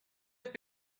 have